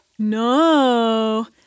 No